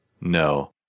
No